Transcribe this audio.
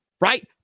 right